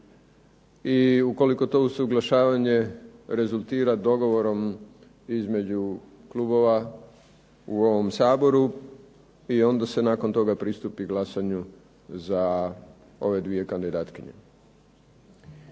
i ukoliko to usuglašavanje rezultira dogovorom između klubova u ovom Saboru i onda se nakon toga pristupi glasanju za ove dvije kandidatkinje.